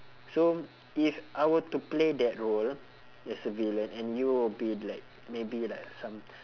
so if I were to play that role as a villain and you will be like maybe like some